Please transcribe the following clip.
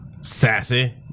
sassy